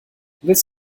willst